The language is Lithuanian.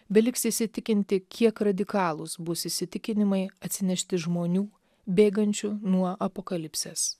beliks įsitikinti kiek radikalūs bus įsitikinimai atsinešti žmonių bėgančių nuo apokalipsės